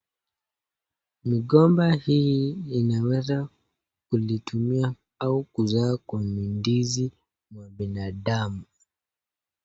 Migomba hii inaweza kulitumia au kuzaa kwa mandizi mwa binadamu.